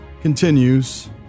Continues